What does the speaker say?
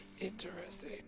interesting